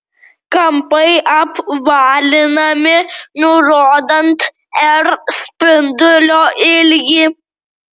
kampai apvalinami nurodant r spindulio ilgį